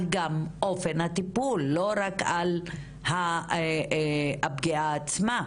אופן הטיפול ולא רק על הפגיעה עצמה.